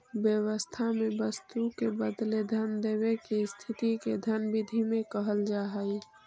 व्यवस्था में वस्तु के बदले धन देवे के स्थिति के धन विधि में कहल जा हई